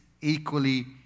equally